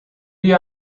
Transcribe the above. you